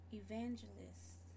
evangelists